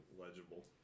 legible